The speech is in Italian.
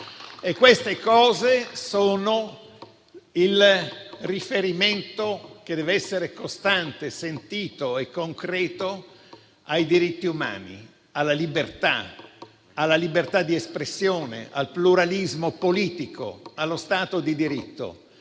Sto parlando del riferimento, che deve essere costante, sentito e concreto, ai diritti umani, alla libertà, alla libertà di espressione, al pluralismo politico e allo Stato di diritto.